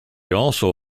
also